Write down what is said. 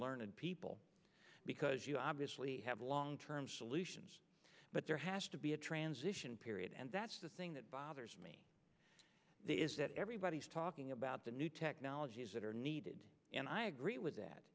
learned people because you obviously have long term solutions but there has to be a transition period and that's the thing that bothers me is that everybody's talking about the new technologies that are needed and i agree with that